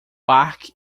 parque